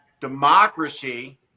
democracy